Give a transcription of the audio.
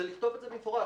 לכתוב את זה במפורש.